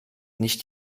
nicht